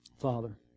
Father